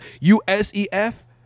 U-S-E-F